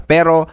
Pero